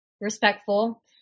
Respectful